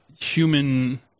human